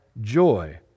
joy